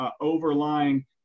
overlying